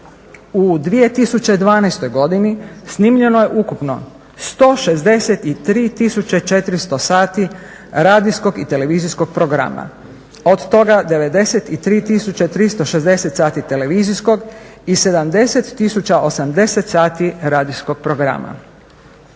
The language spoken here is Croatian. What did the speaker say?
U 2012. godini snimljeno je ukupno 163400 sati radijskog i televizijskog programa. Od toga 93360 sati televizijskog i 70080 sati radijskog programa.